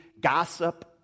gossip